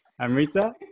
Amrita